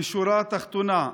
בשורה התחתונה,